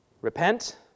Repent